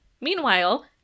Meanwhile